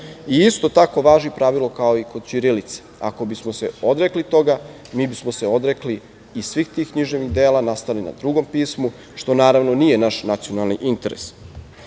Isto tako važi pravilo kao i kod ćirilice, ako bismo se odrekli toga mi bismo se odrekli i svih tih književnih dela nastalih na drugom pismu, što naravno nije naš nacionalni interes. Dakle,